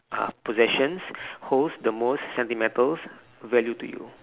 uh possessions holds the most sentimental value to you